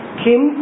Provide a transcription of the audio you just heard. kim